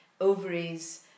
ovaries